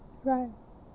right